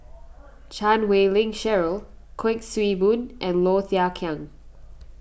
Chan Wei Ling Cheryl Kuik Swee Boon and Low Thia Khiang